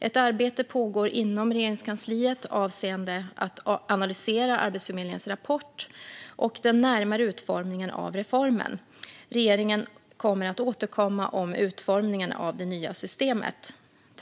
Ett arbete pågår inom Regeringskansliet avseende att analysera Arbetsförmedlingens rapport och den närmare utformningen av reformen. Regeringen kommer att återkomma om utformningen av det nya systemet.